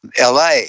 LA